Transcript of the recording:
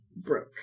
broke